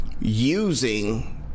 using